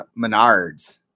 Menards